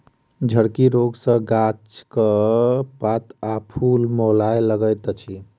झड़की रोग सॅ गाछक पात आ फूल मौलाय लगैत अछि